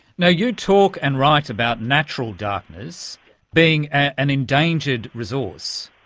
you know you talk and write about natural darkness being an endangered resource,